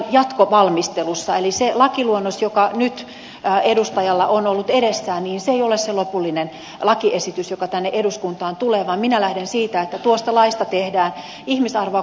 eli se lakiluonnos joka nyt edustajalla on ollut edessään ei ole se lopullinen lakiesitys joka tänne eduskuntaan tulee vaan minä lähden siitä että tuosta laista tehdään ihmisarvoa